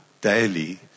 daily